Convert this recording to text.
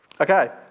Okay